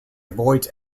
avoids